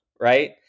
right